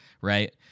right